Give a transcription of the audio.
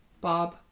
Bob